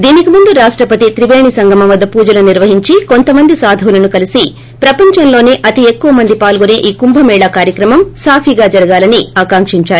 దీనికి ముందు రాష్టపత్ త్రిపేణి సంగమం వద్ద పూజలు నిర్వహించి కొంతమంది సాధువులను కలిసి ప్రపంచంలోసే అతి ఎక్కువ మంది పాల్గొసే ఈ కుంభమేళ కార్యక్రమం సాఫీగా జరగాలని ఆకాకించారు